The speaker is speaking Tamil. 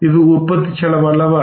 இது உற்பத்தி செலவு அல்லவா